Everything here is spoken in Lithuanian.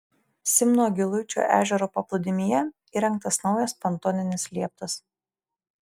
simno giluičio ežero paplūdimyje įrengtas naujas pontoninis lieptas